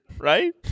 Right